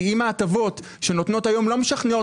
כי אם ההטבות שנותנות היום לא משכנעות